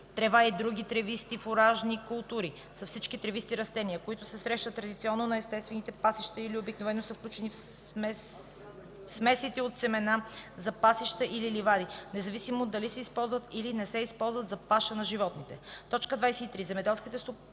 Трева и други тревисти фуражни култури са всички тревисти растения, които се срещат традиционно на естествените пасища или обикновено са включени в смесите от семена за пасища или ливади, независимо дали се използват или не се използват за паша на животните.